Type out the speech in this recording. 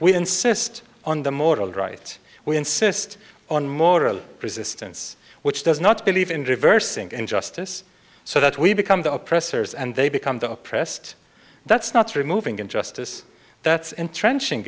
we insist on the moral right we insist on moral resistance which does not believe in reversing injustice so that we become the oppressors and they become the oppressed that's not removing injustice that's entren